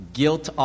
guilt